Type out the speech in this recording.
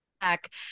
back